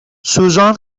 سوزان